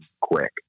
quick